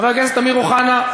חבר הכנסת אמיר אוחנה,